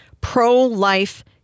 pro-life